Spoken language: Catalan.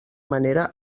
manera